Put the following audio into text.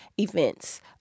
events